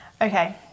Okay